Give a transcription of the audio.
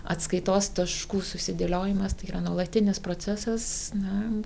atskaitos taškų susidėliojimas tai yra nuolatinis procesas na